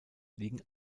liegen